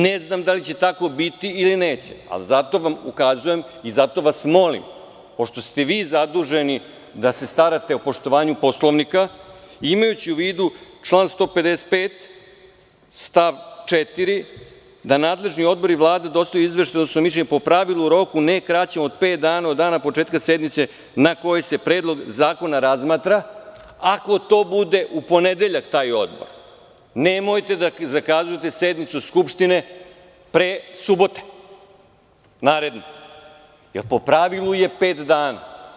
Ne znam da li će tako biti ili neće, ali zato vam ukazujem i zato vas molim, pošto ste vi zaduženi da se starate o poštovanju Poslovnika i imajući u vidu član 155. stav 4. da nadležni odbori i Vlada dostavljaju izveštaje i svoje mišljenje, po pravilu, u roku ne kraćem od pet dana od dana početka sednice na kojoj se predlog zakona razmatra, ukoliko u ponedeljak bude taj odbor, nemojte da zakazujete sednicu Skupštine pre subote naredne, jer po pravilu je pet dana.